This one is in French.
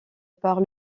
par